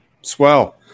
swell